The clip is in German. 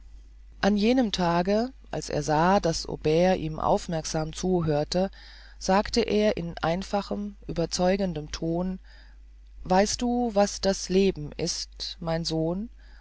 an jenem tage als er sah daß aubert ihm aufmerksam zuhörte sagte er in einfachem überzeugendem ton weißt du was das leben ist mein soku